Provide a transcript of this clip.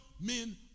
men